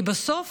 כי בסוף